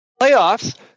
playoffs